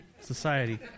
society